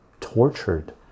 tortured